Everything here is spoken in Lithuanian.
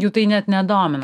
jų tai net neįdomina